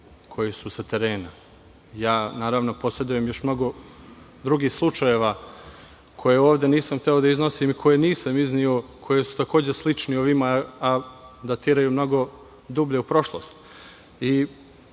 koji su sa terena. Naravno, posedujem još mnogo drugih slučajeva koje ovde nisam hteo da iznosim i koje nisam izneo, koji su takođe slični ovima, a datiraju mnogo dublje u prošlost.